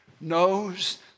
knows